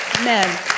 amen